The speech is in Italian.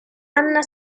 anna